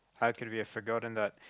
how could we have forgotten that